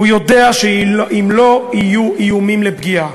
הוא יודע שאם לא יהיו איומים לפגיעה